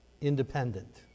independent